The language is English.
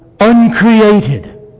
uncreated